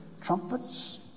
Trumpets